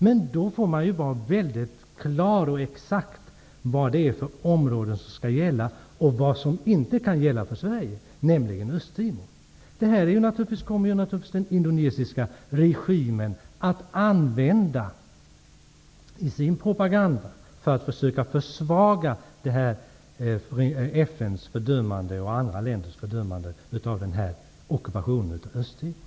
Men då får man vara mycket klar och exakt vad det är för områden som skall gälla och vad som inte kan gälla för Sverige, nämligen Östtimor. Detta kommer naturligtvis den indonesiska regimen att använda i sin propaganda för att försöka försvaga FN:s och andra länders fördömanden av ockupationen av Östtimor.